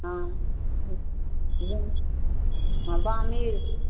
हँ हँ बामिर